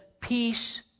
peace